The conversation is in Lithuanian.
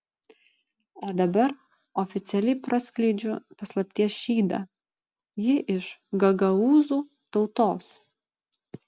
o dabar oficialiai praskleidžiu paslapties šydą ji iš gagaūzų tautos